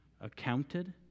accounted